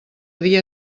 dia